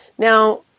Now